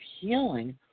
healing